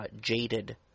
jaded